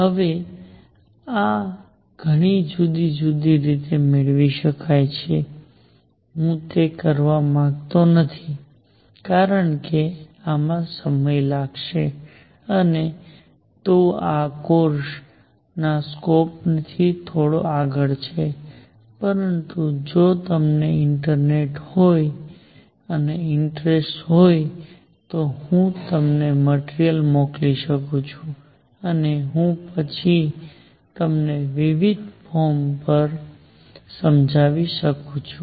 હવે આ ઘણી જુદી જુદી રીતે મેળવી શકાય છે હું તે કરવાનો નથી કારણ કે આમાં સમય લાગશે અને તે આ કોર્સેના સ્કોપથી થોડો આગળ છે પરંતુ જો તમને ઇન્ટરેસ્ટ હોય તો હું તમને મટિરિયલ મોકલી શકું છું અને હું પછીથી તમને વિવિધ ફોરમ પર સમજાવી શકું છું